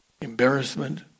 embarrassment